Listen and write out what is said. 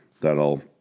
That'll